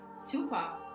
super